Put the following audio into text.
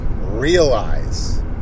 realize